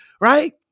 right